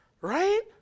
Right